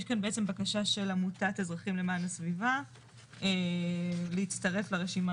יש כאן בעצם בקשה של עמותת אזרחים למען הסביבה להצטרף להרשימה